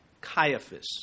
Caiaphas